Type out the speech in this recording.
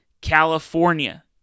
California